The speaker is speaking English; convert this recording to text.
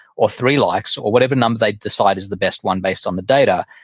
or three likes, or whatever number they decide is the best one based on the data.